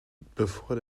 bevor